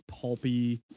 pulpy